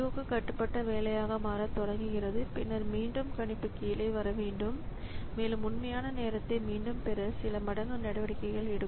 க்கு கட்டுப்பட்ட வேலையாக மாறத் தொடங்குகிறது பின்னர் மீண்டும் கணிப்பு கீழே வர வேண்டும் மேலும் உண்மையான நேரத்தை மீண்டும் பெற சில மடங்கு நடவடிக்கைகள் எடுக்கும்